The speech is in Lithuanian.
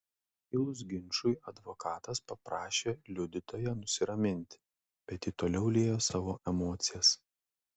kilus ginčui advokatas paprašė liudytoją nusiraminti bet ji toliau liejo savo emocijas